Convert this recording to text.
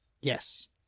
Yes